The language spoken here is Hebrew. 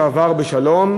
שהוא עבר בשלום,